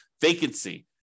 vacancy